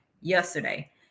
yesterday